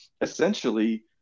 essentially